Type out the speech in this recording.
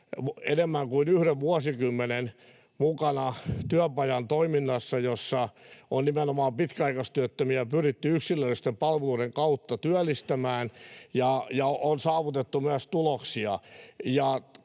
enemmän kuin yhden vuosikymmenen mukana työpajan toiminnassa, jossa on nimenomaan pitkäaikaistyöttömiä pyritty yksilöllisten palveluiden kautta työllistämään ja on saavutettu myös tuloksia.